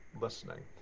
listening